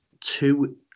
two